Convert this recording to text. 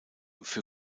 für